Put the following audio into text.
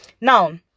Now